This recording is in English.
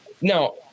Now